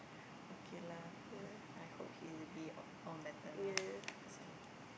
okay lah then I hope he will be all all better lah kesian